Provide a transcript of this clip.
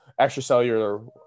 extracellular